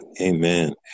Amen